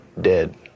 dead